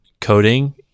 coding